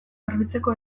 garbitzeko